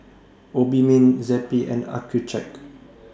Obimin Zappy and Accucheck